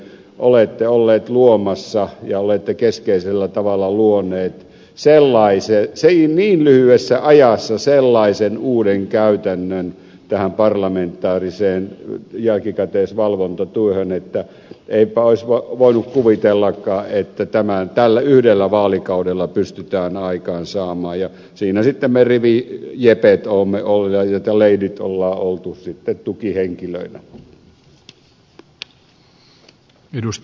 olette olleet luomassa ja olette keskeisellä tavalla luoneet niin lyhyessä ajassa sellaisen uuden käytännön tähän parlamentaariseen jälkikäteisvalvontatyöhön että eipä olisi voinut kuvitellakaan että tällä yhdellä vaalikaudella sellainen pystytään aikaansaamaan ja siinä sitten me rivijepet ja leidit olemme olleet tukihenkilöinä